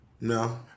No